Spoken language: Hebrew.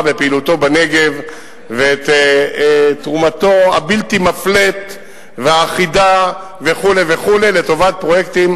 בפעילותו בנגב ואת תרומתו הבלתי-מפלה והאחידה וכו' וכו' לטובת פרויקטים